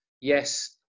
yes